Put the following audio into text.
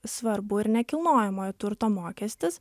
svarbu ir nekilnojamojo turto mokestis